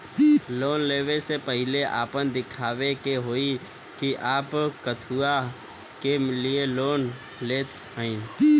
Loan ले वे से पहिले आपन दिखावे के होई कि आप कथुआ के लिए लोन लेत हईन?